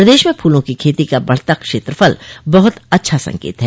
प्रदेश में फूलों की खेती का बढ़ता क्षेत्रफल बहुत अच्छा संकेत हैं